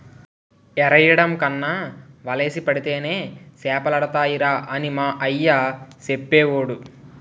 ఎరెయ్యడం కన్నా వలేసి పడితేనే సేపలడతాయిరా అని మా అయ్య సెప్పేవోడు